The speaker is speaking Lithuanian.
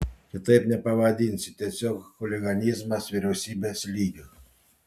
kitaip nepavadinsi tiesiog chuliganizmas vyriausybės lygiu